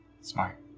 Smart